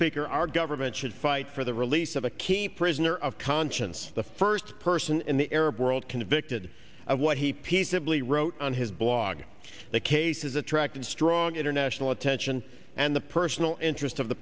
speaker our government should fight for the release of a key prisoner of conscience the first person in the arab world convicted of what he peaceably wrote on his blog the case has attracted strong international attention and the personal interest of the